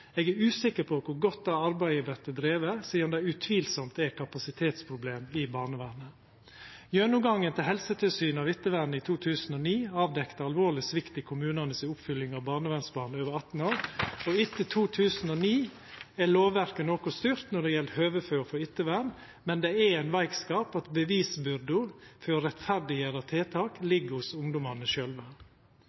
Eg er usikker på kor godt det arbeidet vert drive sidan det utvilsamt er kapasitetsproblem i barnevernet. Gjennomgangen til Helsetilsynet av ettervernet i 2009 avdekte alvorleg svikt i kommunane si oppfølging av barnevernsbarn over 18 år, og etter 2009 har lovverket vorte noko styrkt når det gjeld høve til å få ettervern, men det er ein veikskap at bevisbyrda for å rettferdiggjera tiltak ligg hos ungdommane sjølve.